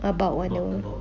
about wonder wo~